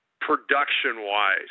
production-wise